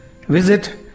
Visit